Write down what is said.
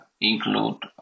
include